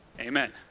amen